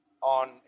on